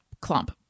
clump